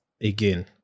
again